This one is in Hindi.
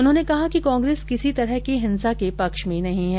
उन्होंने कहा कि कांग्रेस किसी तरह की हिंसा के पक्ष में नहीं हैं